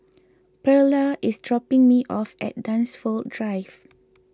Pearla is dropping me off at Dunsfold Drive